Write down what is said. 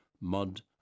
mud